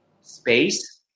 space